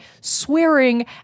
swearing